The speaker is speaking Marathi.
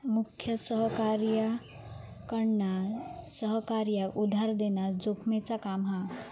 मुख्य सहकार्याकडना सहकार्याक उधार देना जोखमेचा काम हा